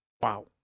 Wow